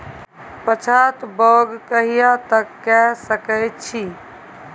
पछात बौग कहिया तक के सकै छी?